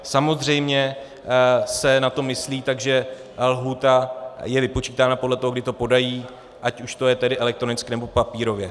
Samozřejmě se na to myslí, takže lhůta je vypočítána podle toho, kdy to podají, ať už to je tedy elektronicky, nebo papírově.